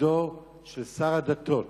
תפקידו של שר הדתות